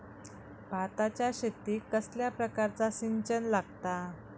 भाताच्या शेतीक कसल्या प्रकारचा सिंचन लागता?